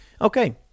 Okay